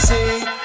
See